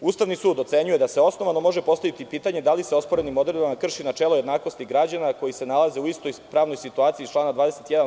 Ustavni sud ocenjuje da se osnovano može postaviti pitanje da li se osporenim odredbama krši načelo jednakosti građana koji se nalaze u istoj pravnoj situaciji iz člana 21.